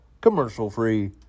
commercial-free